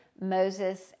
Moses